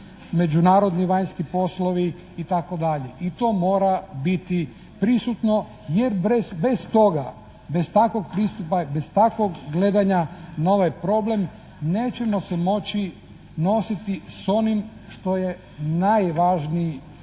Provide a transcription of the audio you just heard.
međunarodni vanjski poslovi, itd. I to mora biti prisutno jer bez toga, bez takvog pristupa, bez takvog gledanja na ovaj problem nećemo se moći nositi s onim što je najvažniji i